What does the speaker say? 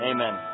Amen